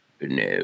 no